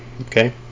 okay